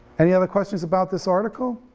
any other questions about this article?